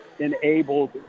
enabled